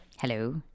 Hello